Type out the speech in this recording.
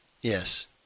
yes